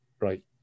right